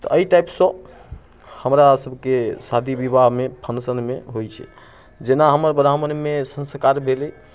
तऽ एहि टाइपसँ हमरा सबकेँ शादी विवाहमे फंक्शनमे होइत छै जेना हमर ब्राह्मणमे संस्कार भेलै